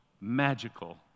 magical